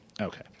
Okay